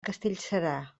castellserà